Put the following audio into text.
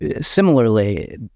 similarly